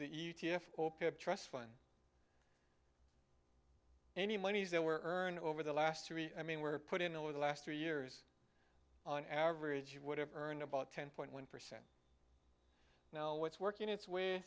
f trust fund any monies that were earned over the last three i mean were put in over the last three years on average would have earned about ten point one percent now it's working its way